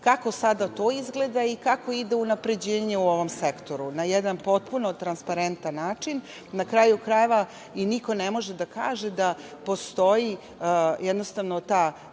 kako sada to izgleda i kako ide unapređenje u ovom sektoru, na jedan potpuno transparentan način. Na kraju krajeva, i niko ne može da kaže da postoji jednostavno ta